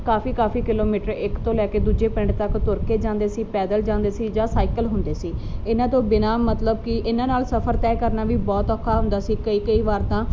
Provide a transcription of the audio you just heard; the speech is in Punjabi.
ਕਾਫੀ ਕਾਫੀ ਕਿਲੋਮੀਟਰ ਇੱਕ ਤੋਂ ਲੈ ਕੇ ਦੂਜੇ ਪਿੰਡ ਤੱਕ ਤੁਰ ਕੇ ਜਾਂਦੇ ਸੀ ਪੈਦਲ ਜਾਂਦੇ ਸੀ ਜਾਂ ਸਾਈਕਲ ਹੁੰਦੇ ਸੀ ਇਹਨਾਂ ਤੋਂ ਬਿਨਾਂ ਮਤਲਵ ਕਿ ਇਹਨਾਂ ਨਾਲ ਸਫਰ ਤਹਿ ਕਰਨਾ ਵੀ ਬਹੁਤ ਔਖਾ ਹੁੰਦਾ ਸੀ ਕਈ ਵਾਰ ਤਾਂ